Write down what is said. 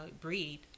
breed